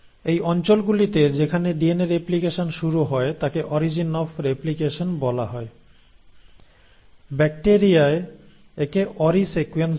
এই অঞ্চলগুলিতে যেখানে ডিএনএ রেপ্লিকেশন শুরু হয় তাকে অরিজিন অফ রেপ্লিকেশন বলা হয় ব্যাকটিরিয়ায় একে ওরি সিকোয়েন্স বলে